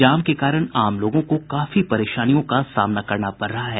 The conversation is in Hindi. जाम के कारण आम लोगों को काफी परेशानियों का सामना करना पड़ रहा है